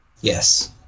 Yes